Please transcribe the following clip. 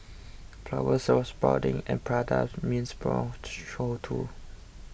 flowers were sprouting at Prada's means brown show too